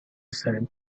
said